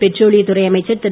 பெட்ரோலியத்துறை அமைச்சர் திரு